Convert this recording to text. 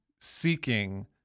seeking